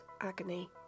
agony